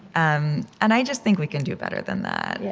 um and i just think we can do better than that. yeah